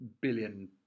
billion